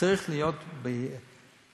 צריכה להיות בהירות